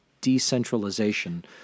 decentralization